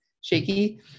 shaky